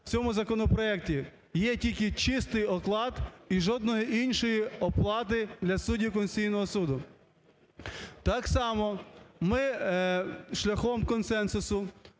в цьому законопроекті є тільки чистий оклад і жодної іншої оплати для суддів Конституційного Суду. Так само ми шляхом консенсусу